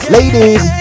ladies